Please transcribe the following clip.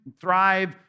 Thrive